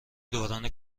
دوران